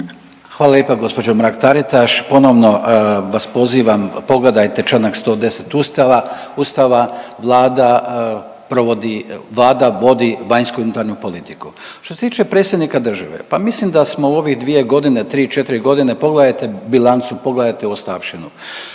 Hvala lijepa gospođo Mrak Taritaš, ponovno vas pozivam pogledajte Članak 110. Ustava, Vlada provodi, Vlada vodi vanjsku i unutarnju politiku. Što se tiče predsjednika države pa mislim da smo u ovih 2 godine, 3-4 godine pogledajte bilancu, pogledajte u ostavštinu,